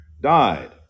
died